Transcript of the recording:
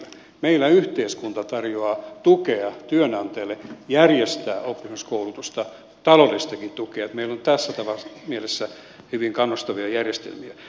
meillä yhteiskunta tarjoaa työnantajille tukea järjestää oppisopimuskoulutusta taloudellistakin tukea niin että meillä on tässä mielessä hyvin kannustavia järjestelmiä